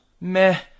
meh